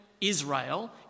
Israel